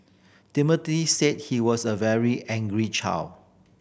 Timothy said he was a very angry child